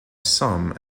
some